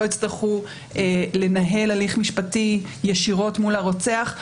שלא יצטרכו לנהל הליך משפטי ישירות מול הרוצח,